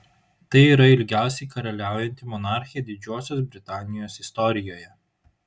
tai yra ilgiausiai karaliaujanti monarchė didžiosios britanijos istorijoje